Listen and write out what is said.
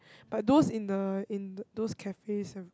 but those in the in those cafes are